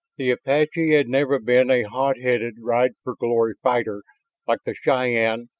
the apache had never been a hot-headed, ride-for-glory fighter like the cheyenne,